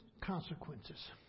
consequences